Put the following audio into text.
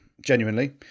genuinely